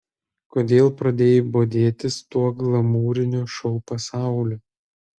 kodėl pradėjai bodėtis tuo glamūriniu šou pasauliu